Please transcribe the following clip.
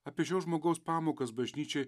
apie šio žmogaus pamokas bažnyčiai